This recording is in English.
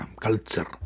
culture